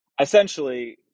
Essentially